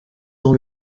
dans